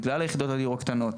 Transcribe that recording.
בגלל יחידות הדיור הקטנות,